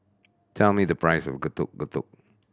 tell me the price of Getuk Getuk